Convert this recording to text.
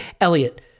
Elliot